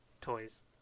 toys